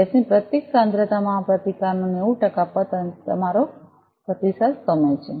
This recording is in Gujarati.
ગેસની પ્રત્યેક સાંદ્રતામાં આ પ્રતિકારનો 90 ટકા પતન જેથી તે તમારો પ્રતિસાદ સમય છે